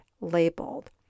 labeled